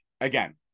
again